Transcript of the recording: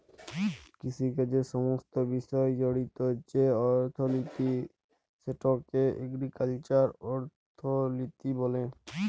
কিষিকাজের সমস্ত বিষয় জড়িত যে অথ্থলিতি সেটকে এগ্রিকাল্চারাল অথ্থলিতি ব্যলে